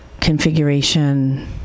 configuration